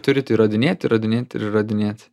turit įrodinėt įrodinėt ir įrodinėt